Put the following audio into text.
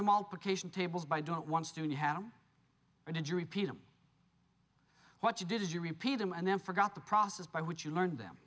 the multiplication tables by don't want to do and you had him or did you repeat them what you did is you repeat them and then forgot the process by which you learned them